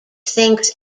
thinks